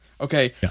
okay